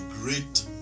great